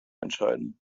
entscheiden